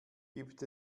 gibt